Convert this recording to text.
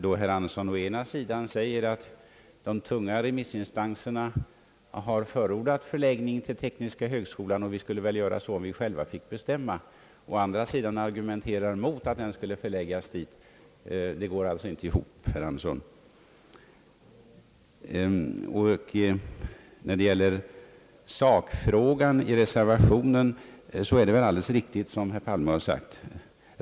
Då han å ena sidan säger att de tunga remissinstanserna har förordat förläggning till tekniska högskolan och att vi skulle göra så om vi själva fick bestämma, och å andra sidan argumenterar mot att institutet förläggs dit, så går det inte ihop. Beträffande sakfrågan i reservationen är det väl alldeles riktigt som statsrådet Palme har sagt.